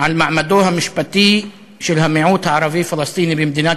על מעמדו המשפטי של המיעוט הערבי-פלסטיני במדינת